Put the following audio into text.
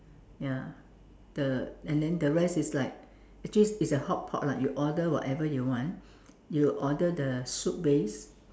ya the and then rest is like actually it's a hotpot lah you order whatever you want you order the soup base